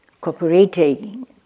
cooperating